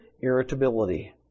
Irritability